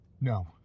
No